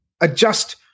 adjust